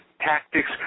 tactics